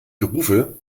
berufe